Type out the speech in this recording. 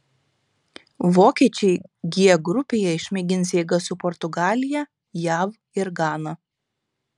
vokiečiai g grupėje išmėgins jėgas su portugalija jav ir gana